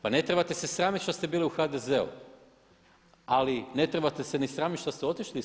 Pa ne trebate se sramiti što ste bili u HDZ-u ali ne trebate se ni sramiti što ste otišli iz